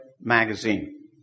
magazine